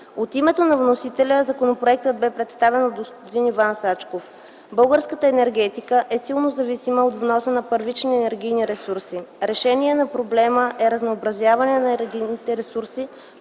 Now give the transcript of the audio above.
От името на вносителя законопроектът бе представен от господин Иван Сачков. Българската енергетика е силно зависима от вноса на първични енергийни ресурси. Решение на проблема е разнообразяване на енергийните ресурси